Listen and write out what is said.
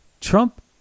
Trump